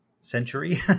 century